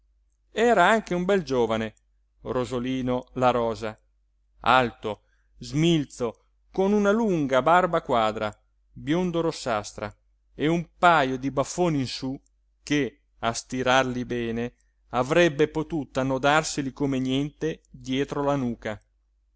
era anche un bel giovane rosolino la rosa alto smilzo con una lunga barba quadra biondo rossastra e un pajo di baffoni in su che a stirarli bene avrebbe potuto annodarseli come niente dietro la nuca